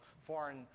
foreign